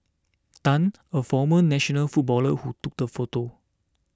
Tan a former national footballer who took the photo